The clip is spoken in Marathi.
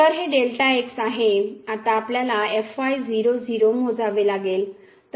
आता आपल्याला मोजावे लागेल